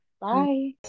bye